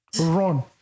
Run